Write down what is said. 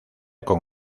con